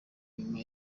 nyuma